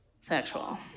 sexual